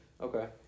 Okay